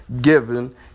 given